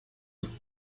ist